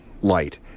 light